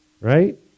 Right